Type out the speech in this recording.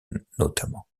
notamment